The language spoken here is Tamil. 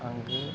அங்கு